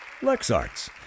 LexArts